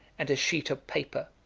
and a sheet of paper,